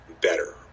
better